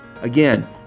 Again